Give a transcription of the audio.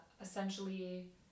essentially